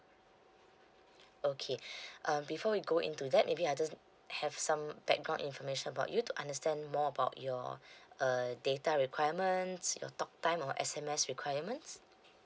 okay um before we go into that maybe I just have some background information about you to understand more about your err data requirements your talk time or S_M_Ss requirements